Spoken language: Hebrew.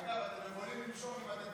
אגב, אתם יכולים למשוך.